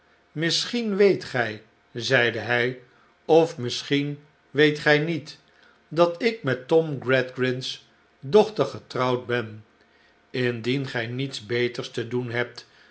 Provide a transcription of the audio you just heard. misschien weet gij zeide hij of misschien weet gij niet dat ik met tom gradgrind's dochter getrouwd ben indien gij niets beters te doen hebt